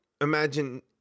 imagine